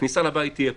הכניסה לבית תהיה פה,